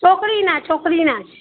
છોકરીના છોકરીના જ